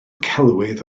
celwydd